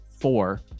four